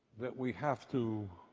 that we have to